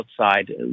outside